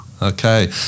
Okay